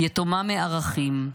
יתומה מערכים,